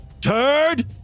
Turd